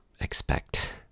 expect